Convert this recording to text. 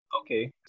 Okay